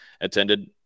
attended